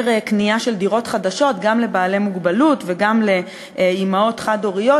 קנייה של דירות חדשות גם לבעלי מוגבלות וגם לאימהות חד-הוריות,